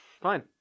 Fine